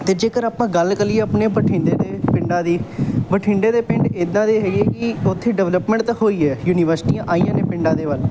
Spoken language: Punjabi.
ਅਤੇ ਜੇਕਰ ਆਪਾਂ ਗੱਲ ਕਰੀਏ ਆਪਣੇ ਬਠਿੰਡੇ ਦੇ ਪਿੰਡਾਂ ਦੀ ਬਠਿੰਡੇ ਦੇ ਪਿੰਡ ਇੱਦਾਂ ਦੇ ਹੈਗੇ ਹੈ ਕਿ ਉੱਥੇ ਡਿਵਲਪਮੈਂਟ ਤਾਂ ਹੋਈ ਹੈ ਯੂਨੀਵਰਸਿਟੀਆਂ ਆਈਆਂ ਨੇ ਪਿੰਡਾਂ ਦੇ ਵੱਲ